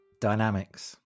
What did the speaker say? Dynamics